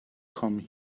come